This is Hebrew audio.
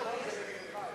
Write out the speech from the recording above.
יש לו פריימריז,